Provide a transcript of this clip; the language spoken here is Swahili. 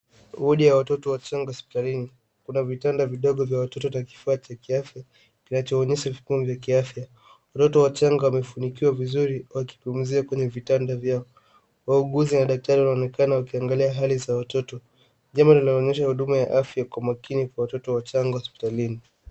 Wodi ya watoto wachanga hospitalini, kuna vitanda vidogo vya watoto na kifaa cha kiafya, kinachoonyesha vikuu vya kiafya. Watoto wachanga wamefunikwa vizuri, wakipumzia kwenye vitanda vyao. Wauguzi na daktari wanaonekana wakiangalia hali za watoto. Jambo linaloonyesha huduma ya afya kwa umakini kwa watoto wachanga hospitalini.